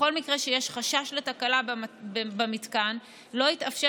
בכל מקרה שיש חשש לתקלה במתקן לא יתאפשר